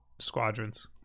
Squadrons